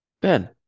Ben